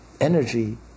energy